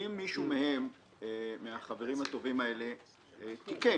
שאם מישהו מהחברים הטובים האלה תיקן,